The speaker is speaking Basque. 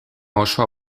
oso